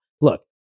Look